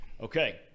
Okay